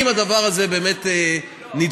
אם הדבר הזה באמת נדרש,